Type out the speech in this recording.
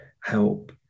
help